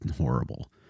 horrible